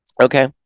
Okay